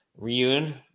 Reun